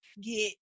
get